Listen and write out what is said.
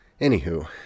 Anywho